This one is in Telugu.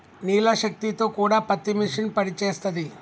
నీళ్ల శక్తి తో కూడా పత్తి మిషన్ పనిచేస్తది